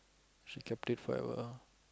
she kept it quite well